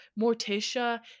Morticia